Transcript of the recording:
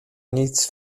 nic